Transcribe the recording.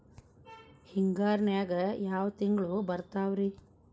ಹಿಂಗಾರಿನ್ಯಾಗ ಯಾವ ತಿಂಗ್ಳು ಬರ್ತಾವ ರಿ?